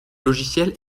logiciel